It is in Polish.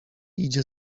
idzie